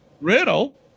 Riddle